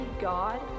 God